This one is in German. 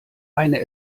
eine